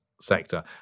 sector